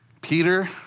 Peter